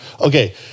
okay